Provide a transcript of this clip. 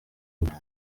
rwanda